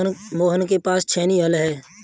मोहन के पास छेनी हल है